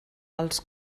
als